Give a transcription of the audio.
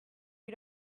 you